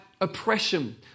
oppression